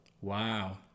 Wow